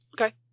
Okay